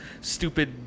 stupid